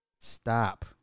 stop